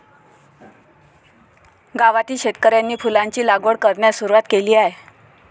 गावातील शेतकऱ्यांनी फुलांची लागवड करण्यास सुरवात केली आहे